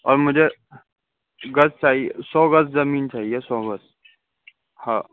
اور مجھے گز چاہیے سو گز زمین چاہیے سو گز ہاں